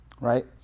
right